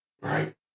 Right